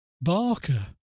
Barker